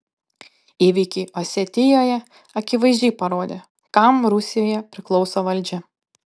įvykiai osetijoje akivaizdžiai parodė kam rusijoje priklauso valdžia